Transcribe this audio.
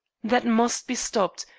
that must be stopped.